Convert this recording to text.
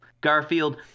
Garfield